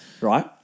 Right